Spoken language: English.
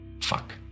Fuck